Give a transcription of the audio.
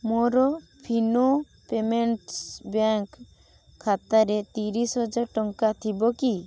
ମୋର Fino payments bank ଖାତାରେ ତିରିଶ ହଜାର ଟଙ୍କା ଥିବ କି